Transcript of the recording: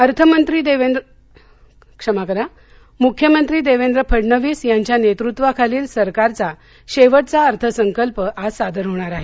अर्थ संकल्प मूख्यमंत्री देवेंद्र फडणवीस यांच्या नेतृत्वाखालील सरकारचा शेवटचा अर्थसंकल्प आज सादर होणार आहे